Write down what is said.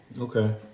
Okay